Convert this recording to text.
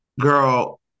girl